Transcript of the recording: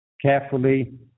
carefully